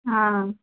आं